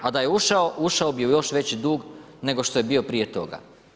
A da je ušao ušao bi u još veći dug nego što je bio prije toga.